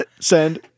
Send